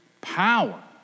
power